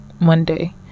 Monday